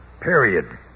period